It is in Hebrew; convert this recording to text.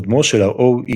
קודמו של ה-OECD,